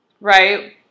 Right